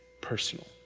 personal